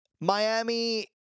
Miami